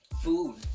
food